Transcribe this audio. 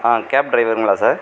gap டிரைவருங்களா sir